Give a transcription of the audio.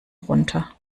runter